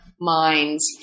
Minds